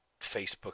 Facebook